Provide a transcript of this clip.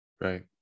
right